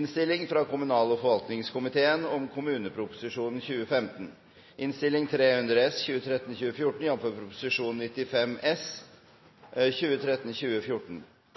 ønske fra kommunal- og forvaltningskomiteen